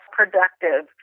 productive